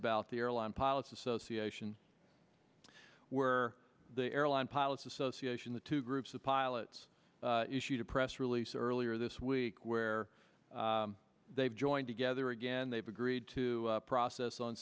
about the airline pilots association where the airline pilots association the two groups of pilots issued a press release earlier this week where they've joined together again they've agreed to process on